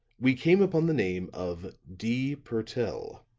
we came upon the name of d. purtell.